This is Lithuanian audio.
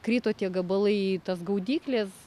krito tie gabalai į tas gaudykles